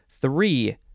Three